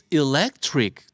electric